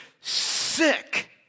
sick